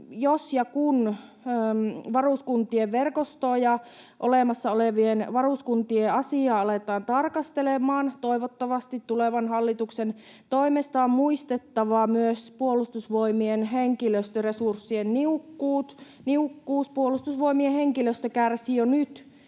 Jos ja kun varuskuntien verkostoa ja olemassa olevien varuskuntien asiaa aletaan tarkastelemaan, toivottavasti tulevan hallituksen toimesta, on muistettava myös Puolustusvoimien henkilöstöresurssien niukkuus. Puolustusvoimien henkilöstö kärsii jo nyt